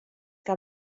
que